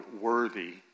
worthy